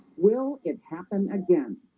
will it happen again?